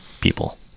people